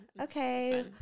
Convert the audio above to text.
Okay